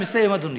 אני מסיים, אדוני.